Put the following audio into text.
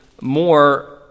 more